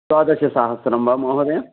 द्वादशसहस्रं वा महोदय